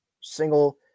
Single